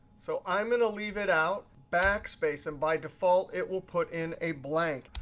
so i'm going to leave it out backspace. and by default, it will put in a blank.